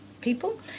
people